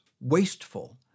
wasteful